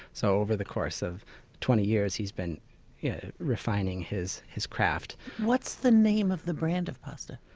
so over the course of twenty years, he's been refining his his craft what's the name of the brand of pasta?